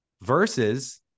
versus